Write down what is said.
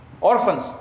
orphans